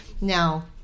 now